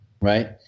right